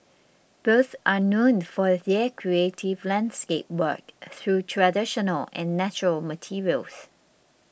both are known for their creative landscape work through traditional and natural materials